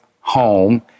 home